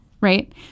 Right